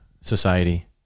society